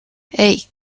hey